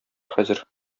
хәзер